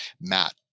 Matt